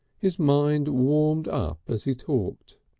his mind warmed up as he talked.